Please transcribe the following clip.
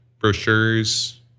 brochures